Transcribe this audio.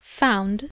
found